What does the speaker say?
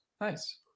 nice